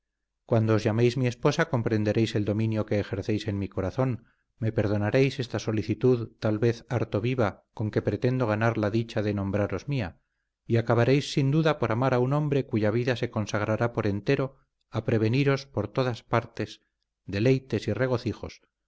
cuando os llaméis mi esposa comprenderéis el dominio que ejercéis en mi corazón me perdonaréis esta solicitud tal vez harto viva con que pretendo ganar la dicha de nombraros mía y acabaréis sin duda por amar a un hombre cuya vida se consagrará por entero a preveniros por todas partes deleites y